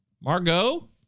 Margot